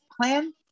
plan